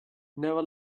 never